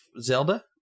Zelda